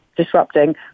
disrupting